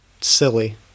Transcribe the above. silly